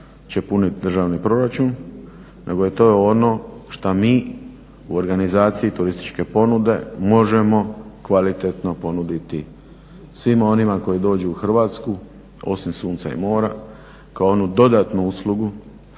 punit državni proračun, nego je to ono što mi u organizaciji turističke ponude možemo kvalitetno ponuditi svima onima koji dođu u Hrvatsku osim sunca i mora kao onu dodatnu uslugu